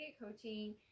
coaching